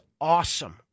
awesome